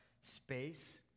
space